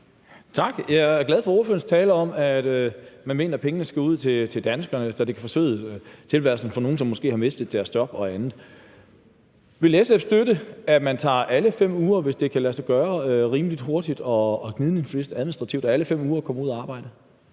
(NB): Tak. Jeg er glad for ordførerens tale om, at man mener, at pengene skal ud til danskerne og forsøde tilværelsen for nogle, som måske har mistet deres job eller andet. Vil SF støtte, at man tager alle 5 uger med, hvis det administrativt kan lade sig gøre rimelig hurtigt og gnidningsfrit, altså lader alle 5 uger komme ud at arbejde?